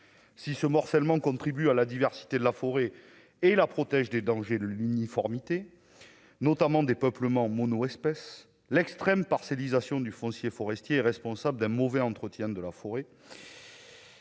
si ce morcellement contribue à la diversité de la forêt et la protège des dangers l'uniformité, notamment des peuplements espèce l'extrême parcellisation du foncier forestier responsable d'un mauvais entretien de la forêt.